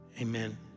Amen